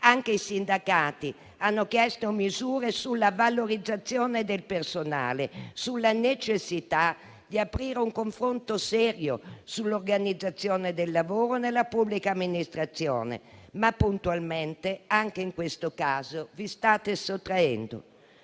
Anche i sindacati hanno chiesto misure sulla valorizzazione del personale, sulla necessità di aprire un confronto serio sull'organizzazione del lavoro nella pubblica amministrazione. Ma puntualmente, anche in questo caso, vi state sottraendo.